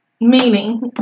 Meaning